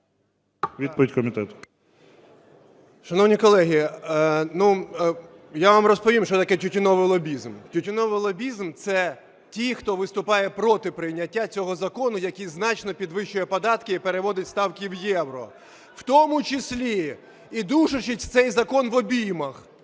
ГЕТМАНЦЕВ Д.О. Шановні колеги, ну, я вам розповім, що таке тютюновий лобізм. Тютюновий лобізм – це ті, хто виступає проти прийняття цього закону, який значно підвищує податки і переводить ставки в євро, в тому числі і душачи цей закон в обіймах,